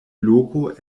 loko